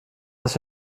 was